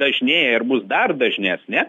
dažnėja ir bus dar dažnesnė